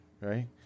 right